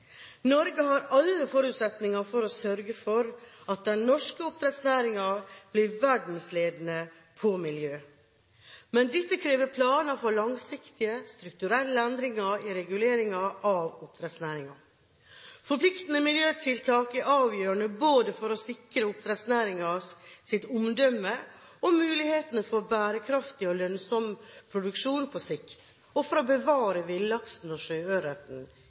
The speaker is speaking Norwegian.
Norge har alle forutsetninger for å sørge for at den norske oppdrettsnæringen blir verdensledende på miljø. Men dette krever planer for langsiktige, strukturelle endringer i reguleringen av oppdrettsnæringen. Forpliktende miljøtiltak er avgjørende for å sikre oppdrettsnæringens omdømme og mulighetene for bærekraftig og lønnsom produksjon på sikt og for å bevare